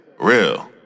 real